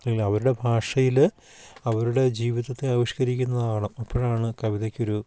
അല്ല അവരുടെ ഭാഷയിൽ അവരുടെ ജീവിതത്തെ ആവിഷ്കരിക്കുന്നതാവണം അപ്പോഴാണ് കവിതയ്ക്ക് ഒരു